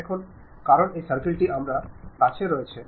এখন কারণ এই সার্কেল টি আমার কাছে রয়েছে